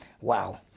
Wow